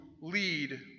lead